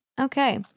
Okay